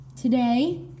today